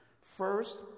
First